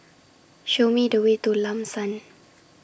Show Me The Way to Lam San